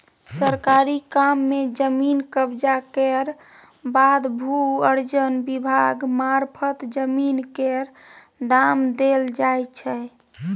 सरकारी काम मे जमीन कब्जा केर बाद भू अर्जन विभाग मारफत जमीन केर दाम देल जाइ छै